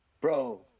bro